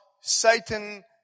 Satan